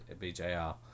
BJR